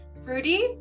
fruity